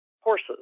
horses